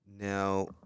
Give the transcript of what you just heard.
Now